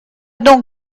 donc